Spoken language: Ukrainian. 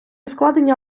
складення